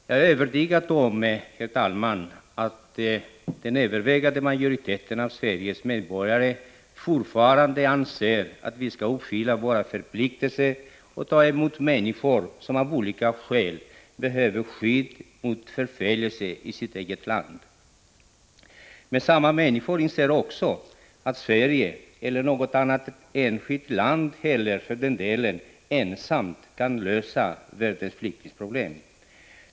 Jag är övertygad om, herr talman, att den övervägande majoriteten av Sveriges medborgare fortfarande anser att vi skall uppfylla våra förpliktelser och ta emot människor som av olika skäl behöver skydd mot förföljelser i sitt eget land. Samma majoritet inser också att Sverige inte ensamt — inte något annat enskilt land heller för den delen — kan lösa världens flyktingproblem.